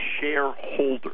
shareholder